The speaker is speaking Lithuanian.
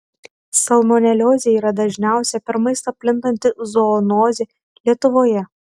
salmoneliozė yra dažniausia per maistą plintanti zoonozė lietuvoje